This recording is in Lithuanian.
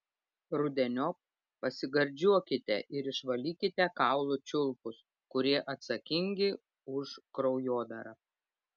rudeniop pasigardžiuokite ir išvalykite kaulų čiulpus kurie atsakingi už kraujodarą